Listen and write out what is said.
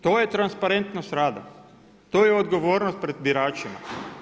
To je transparentnost rada, to je odgovornost pred biračima.